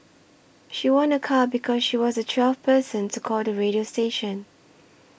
she won a car because she was the twelfth person to call the radio station